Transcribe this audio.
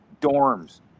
dorms